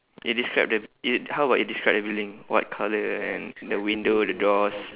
eh describe the how about you describe the building what colour and the window the doors